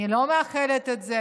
אני לא מאחלת את זה,